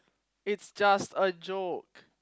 it's just a joke